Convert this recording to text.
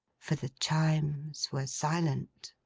for the chimes were silent.